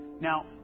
Now